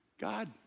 God